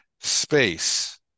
Space